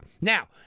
Now